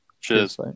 Cheers